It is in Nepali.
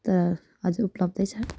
त अझै उपलब्धै छ